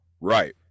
right